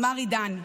אמר עידן: